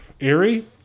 Airy